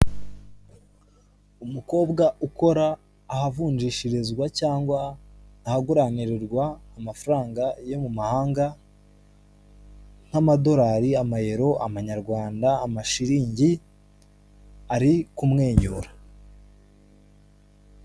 Umukobwa ukora ahavunjishirizwa cyangwa ahaguranirirwa amafaranga yo mu mahanga, nk'Amadolari, Amayelo, Amanyarwanda, Amashilingi, ari kumwenyura.